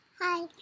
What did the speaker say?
Hi